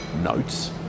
notes